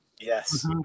yes